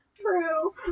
true